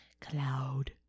Cloud